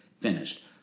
finished